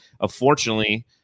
unfortunately